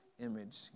image